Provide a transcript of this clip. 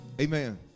Amen